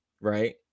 right